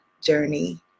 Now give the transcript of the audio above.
journey